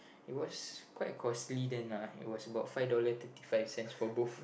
it was quite costly then lah it was about five dollar thirty five cents for both